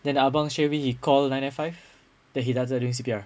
then the abang straight away he called nine nine five then he started doing C_P_R